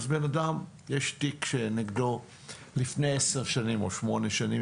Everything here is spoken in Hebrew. לבן אדם יש תיק שנפתח נגדו לפני עשר שנים או שמונה שנים,